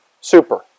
super